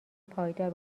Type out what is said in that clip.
پایدار